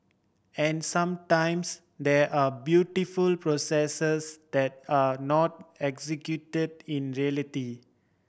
and sometimes there are beautiful processes that are not executed in reality